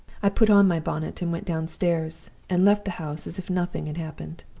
i put on my bonnet and went downstairs, and left the house as if nothing had happened.